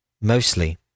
Mostly